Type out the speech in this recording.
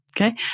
Okay